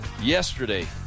yesterday